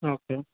okay